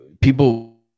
people